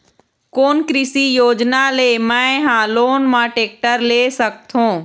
कोन कृषि योजना ले मैं हा लोन मा टेक्टर ले सकथों?